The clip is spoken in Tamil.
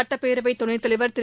சுட்டப்பேரவை துணைத்தலைவர் திரு